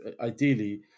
ideally